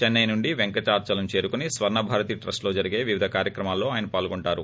చెస్పై నుండి పెంకటాచలం చేరుకుని స్వర్ణభారతి ట్రస్ట్ లో జరిగే వివిధ కార్యక్రమాల్లో పాల్గొంటారు